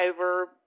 over